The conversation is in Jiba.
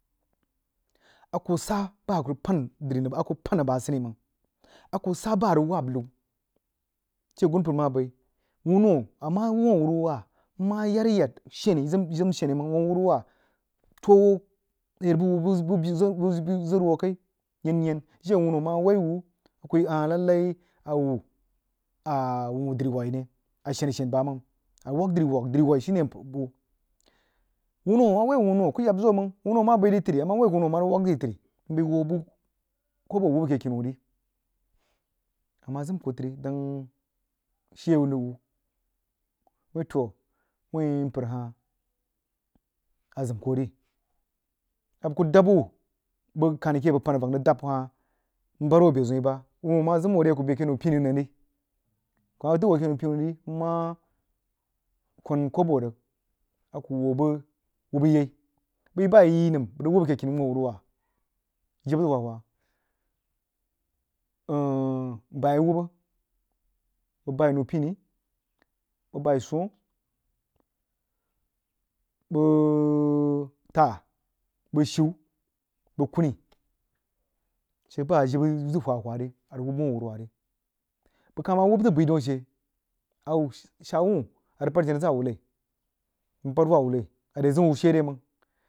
A kuh sah ba a kuh rig pan dri nang a kuh kəg pan nang bəg asini mang a kuh sah bah a rig wab lu jiri agunpər mah bəi wuno a mah wuh whh a wuruwah nmah yaryab shami yi zəm shani nang wuh awuruwah toh hoo ayarbu wuh buh zərub wuh lai jini a whuno mah woi whh kuh yi ah lallai a wuh a wuh wuh dri waghni ne a shena- shan bamang a rig wag dri wag drí waghi shine wuho a mah woi whno kuh yab zoh mong wuno mah bai dri təri a mah uai wuno mah rig wag drí trí nbəi hoo buh kobbo wuub ake kini wuh ri a mah zəm kuh tri dang shee liu wuh whi toh whi npər hah azəm koh ri a bəg kuh dahb whh bəg kahni ke a bəg pann avak mrig dahb hah nbald whh a bezəun ri bah wuno mah zəm wuh ri a kuh beh keh nəu pinu nang ri kuh mah dəg wuh ake nou pinu hang ri nmah kou kobbo rig a hoo bəg wubba yai bəi bah yi yi nəm bəg rig wuhb ak’e kini wuh a wuruwah jibə m m bai a wubba bəg bai rəu- pini bəg bai swoh bəg taah bəg shiu bəg kuni a she bah a jibə zəg uaha rah whah ri a rig wuhb uhh a wuruwah ri bəg kah mah whhb zəg baíh daun ashe a wuh shaa wah a ríg bahd jeba- zaa wuh lai nbahd wah wuh lai a re ziun wuh shere mang